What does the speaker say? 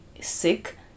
sick